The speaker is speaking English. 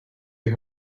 you